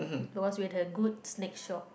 it was with a good snake shop